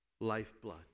lifeblood